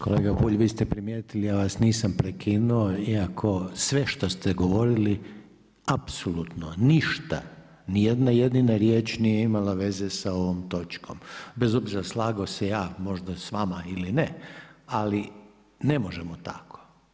Kolega Bulj, vi ste primijetili, ja vas nisam prekinuo iako sve što ste govorili apsolutno ništa ni jedna jedina riječ nije imala veze s ovom točkom, bez obzira slagao se ja s vama možda ili ne ali ne možemo tako.